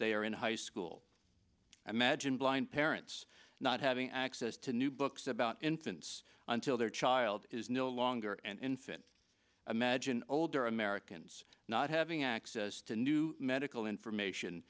they are in high school i imagine blind parents not having access to new books about infants until their child is no longer an infant imagine older americans not having access to new medical information